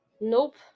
Nope